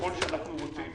ככל שאנחנו רוצים